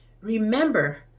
Remember